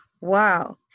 Wow